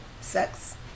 sex